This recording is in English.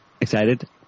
excited